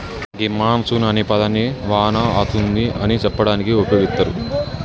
గీ monsoon అనే పదాన్ని వాన అతుంది అని సెప్పడానికి ఉపయోగిత్తారు